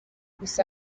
gusa